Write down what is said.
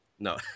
No